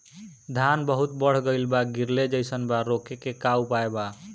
धान बहुत बढ़ गईल बा गिरले जईसन बा रोके क का उपाय बा?